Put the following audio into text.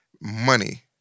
money